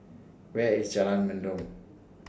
Where IS Jalan Mendong